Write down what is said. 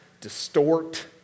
distort